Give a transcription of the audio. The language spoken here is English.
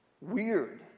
Weird